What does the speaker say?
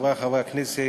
חברי חברי הכנסת,